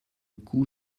coup